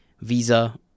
visa